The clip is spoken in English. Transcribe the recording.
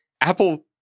Apple